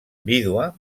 vídua